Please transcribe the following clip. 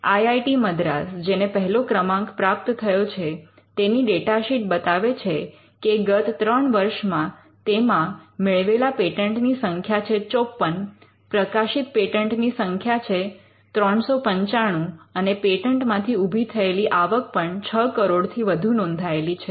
I I T Madras IIT Madras જેને પહેલો ક્રમાંક પ્રાપ્ત થયો છે તેની ડેટા શીટ બતાવે છે કે ગત ત્રણ વર્ષમાં તેમાં મેળવેલા પેટન્ટની સંખ્યા છે ૫૪ પ્રકાશિત પેટન્ટની સંખ્યા છે ૩૯૫ અને પેટન્ટ માંથી ઊભી થયેલી આવક પણ ૬ કરોડથી વધુ નોંધાયેલી છે